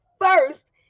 first